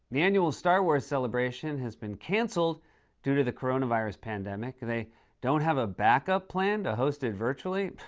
the annual star wars celebration has been canceled due to the coronavirus pandemic. they don't have a backup plan to host it virtually?